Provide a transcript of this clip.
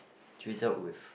drizzled with